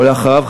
ואחריו,